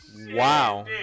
Wow